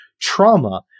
Trauma